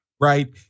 Right